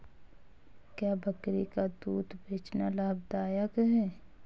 क्या बकरी का दूध बेचना लाभदायक है?